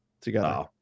together